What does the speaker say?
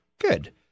good